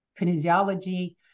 kinesiology